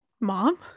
Mom